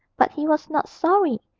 but he was not sorry.